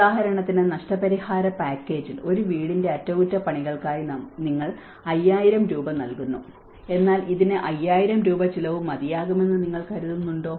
ഉദാഹരണത്തിന് നഷ്ടപരിഹാര പാക്കേജിൽ ഒരു വീടിന്റെ അറ്റകുറ്റപ്പണികൾക്കായി നമ്മൾ നിങ്ങൾക്ക് 5000 രൂപ നൽകുന്നു എന്നാൽ ഇതിന് 5000 രൂപ ചിലവ് മതിയാകുമെന്ന് നിങ്ങൾ കരുതുന്നുണ്ടോ